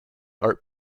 art